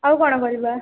ଆଉ କ'ଣ କରିବା